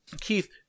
Keith